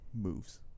moves